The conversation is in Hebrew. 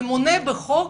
הממונה בחוק